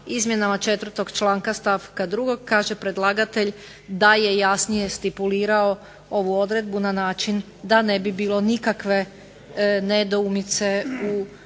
izmjenama četvrtog članka, stavka drugog kaže predlagatelj da je jasnije stipulirao ovu odredbu na način da ne bi bilo nikakve nedoumice u